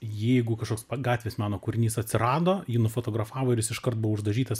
jeigu kažkoks gatvės meno kūrinys atsirado jį nufotografavo ir jis iškart buvo uždažytas